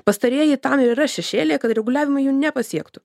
pastarieji tam ir yra šešėlyje kad reguliavimai jų nepasiektų